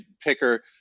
Picker